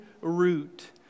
root